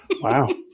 Wow